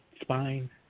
spine